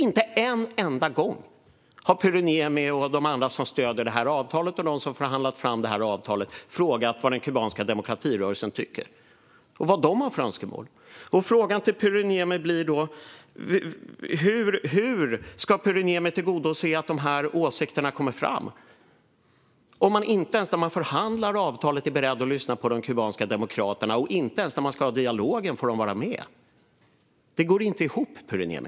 Inte en enda gång har Pyry Niemi och de andra som stöder avtalet och de som har förhandlat fram avtalet frågat vad den kubanska demokratirörelsen tycker och vilka önskemål de har. Hur ska Pyry Niemi tillgodose att åsikterna kommer fram, om man inte ens när man förhandlar avtalet är beredd att lyssna på de kubanska demokraterna och de inte ens vid dialogen får vara med? Det går inte ihop, Pyry Niemi.